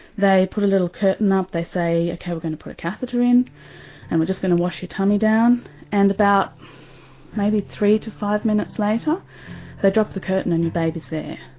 they put a little curtain up, up, they say ok we're going to put a catheter in and we're just going to wash your tummy down and about maybe three to five minutes later they drop the curtain and your baby is there.